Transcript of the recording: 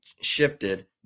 shifted